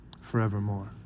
forevermore